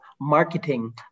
marketing